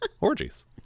Orgies